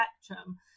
spectrum